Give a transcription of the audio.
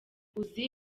uzi